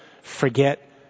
forget